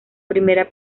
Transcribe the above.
primera